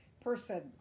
person